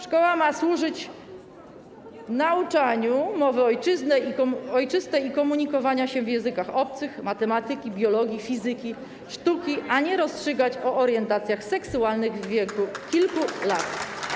Szkoła ma służyć nauczaniu mowy ojczystej i komunikowania się w językach obcych, matematyki, biologii, fizyki, sztuki, a nie rozstrzygać o orientacjach seksualnych w wieku kilku lat.